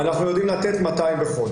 אנחנו יודעים לתת 200 בחודש.